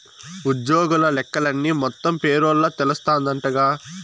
ఉజ్జోగుల లెక్కలన్నీ మొత్తం పేరోల్ల తెలస్తాందంటగా